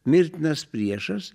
mirtinas priešas